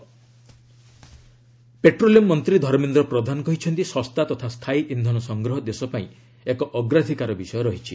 WEF ପ୍ରଧାନ petroleum ମନ୍ତ୍ରୀ ଧର୍ମେନ୍ଦ୍ର ପ୍ରଧାନ କହିଛନ୍ତି ଶସ୍ତା ତଥା ସ୍ଥାୟୀ ଇକ୍ଷନ ସଂଗ୍ରହ ଦେଶ ପାଇଁ ଏକ ଅଗ୍ରାଧିକାର ବିଷୟ ରହିଛି